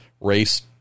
race